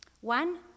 One